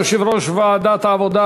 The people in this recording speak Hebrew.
יושב-ראש ועדת העבודה,